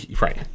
right